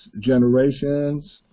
generations